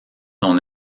sont